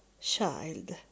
child